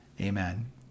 Amen